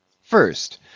First